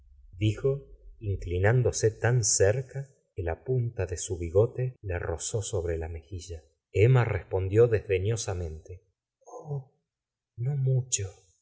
gustavo flaubert tan cerea que la punta de su big te le rozó sobre la mejilla emma respondió desdeñosamente oh no mu